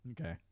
Okay